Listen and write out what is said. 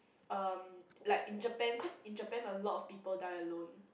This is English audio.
s~ um like in Japan cause in Japan a lot of people die alone